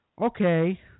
okay